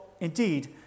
indeed